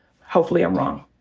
hopefully i'm wrong.